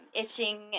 itching